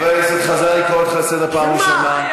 חבר הכנסת חזן, אני קורא אותך לסדר פעם ראשונה.